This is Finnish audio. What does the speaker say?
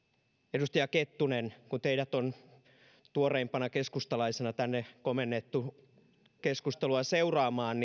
edustaja kettunen kun teidät on tuoreimpana keskustalaisena tänne komennettu keskustelua seuraamaan